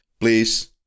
please